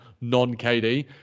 non-KD